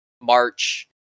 march